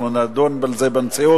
אנחנו נדון על זה ברצינות.